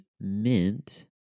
mint